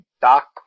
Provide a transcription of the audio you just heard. Doc